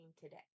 today